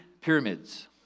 pyramids